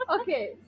Okay